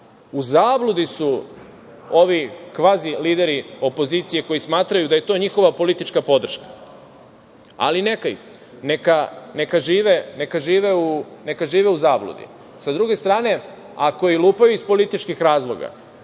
U zabludi su ovi kvazi lideri opozicije koji smatraju da je to njihova politička podrška, ali neka ih, neka žive u zabludi. Sa druge strane, ako i lupaju iz političkih razloga.